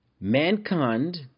mankind